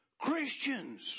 Christians